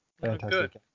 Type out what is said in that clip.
fantastic